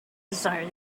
desire